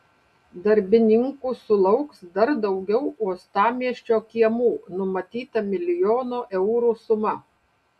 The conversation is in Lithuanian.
darbininkų sulauks dar daugiau uostamiesčio kiemų numatyta milijono eurų suma